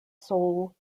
sole